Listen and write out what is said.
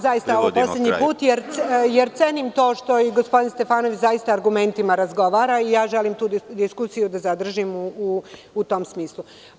Zaista je ovo poslednji put, jer cenim to što i gospodin Stefanović zaista argumentima razgovara i želim tu diskusiju da zadržim u tom smislu.